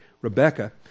Rebecca